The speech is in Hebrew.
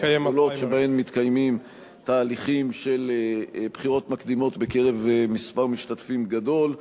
מתקיימים תהליכים של בחירות מקדימות בקרב מספר משתתפים גדול,